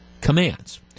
commands